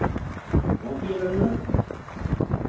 कौन सी है गाड़ी मैडम